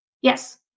Yes